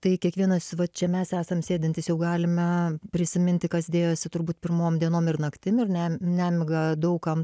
tai kiekvienas va čia mes esam sėdintys jau galime prisiminti kas dėjosi turbūt pirmom dienom ir naktim ir ne nemiga daug kam